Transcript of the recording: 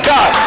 God